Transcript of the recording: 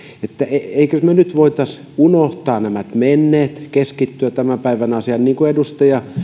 emmekö me nyt voisi unohtaa nämä menneet ja keskittyä tämän päivän asiaan niin kuin edustaja